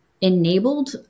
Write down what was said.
enabled